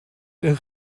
der